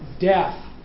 death